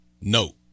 No